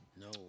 No